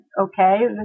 Okay